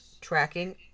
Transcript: tracking